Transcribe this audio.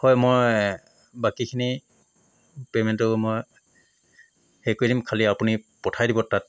হয় মই বাকীখিনি পে'মেণ্টটো মই হেৰি কৰি দিম খালী আপুনি পঠাই দিব তাত